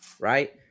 right